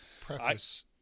Preface